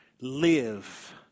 live